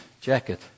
jacket